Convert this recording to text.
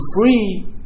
free